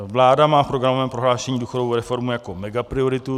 Vláda má v programovém prohlášení důchodovou reformu jako megaprioritu.